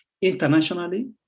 internationally